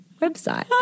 website